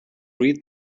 read